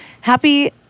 Happy